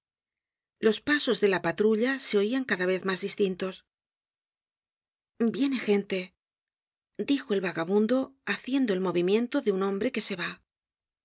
los pasos de la patrulla se oian cada vez mas distintos viene gente dijo el vagabundo haciendo el movimiento de un hombre que se va